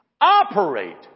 operate